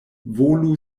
volu